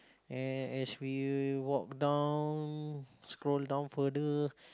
and as we walk down scroll down further